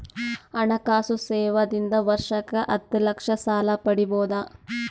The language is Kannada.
ಹಣಕಾಸು ಸೇವಾ ದಿಂದ ವರ್ಷಕ್ಕ ಹತ್ತ ಲಕ್ಷ ಸಾಲ ಪಡಿಬೋದ?